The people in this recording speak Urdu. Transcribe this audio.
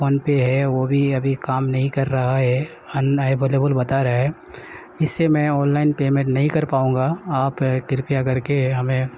فون پے ہے وہ بھی ابھی کام نہیں کر رہا ہے ان اویلیبل بتا رہا ہے اس سے میں آن لائن پیمینٹ نہیں کر پاؤں گا آپ کرپیا کر کے ہمیں